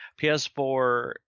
PS4